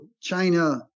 China